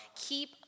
Keep